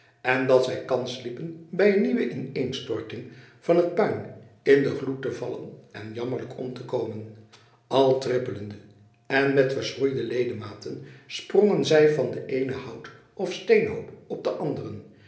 en dat zij kans liepen bij een nieuwe ineenstorting van het puin in den gloed te vallen en jammerlijk om te komen al trippelende en met verschroeide ledematen sprongen zij van den eenen hout of steenhoop op den anderen